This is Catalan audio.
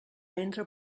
entra